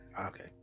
Okay